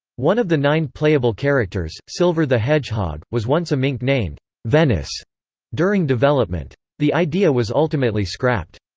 one of the nine playable characters, silver the hedgehog, was once a mink named venice during development. the idea was ultimately scrapped.